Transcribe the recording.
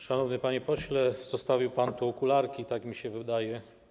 Szanowny panie pośle, zostawił pan okularki, tak mi się wydaje.